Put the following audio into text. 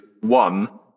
one